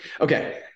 Okay